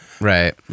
Right